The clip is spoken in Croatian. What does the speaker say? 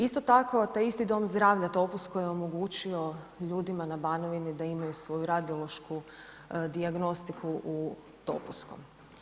Isto tako taj isti Dom zdravlja Topusko je omogućio ljudima na Banovini da imaju svoju radiološku dijagnostiku u Topuskom.